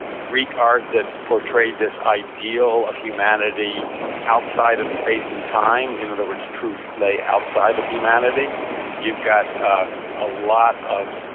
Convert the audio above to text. greek art portrayed this ideal of humanity outside of space and time in other words truth lay outside of humanity you've got a lot of